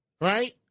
right